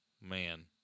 Man